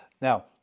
Now